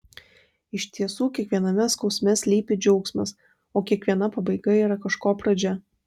iš tiesų kiekviename skausme slypi džiaugsmas o kiekviena pabaiga yra kažko pradžia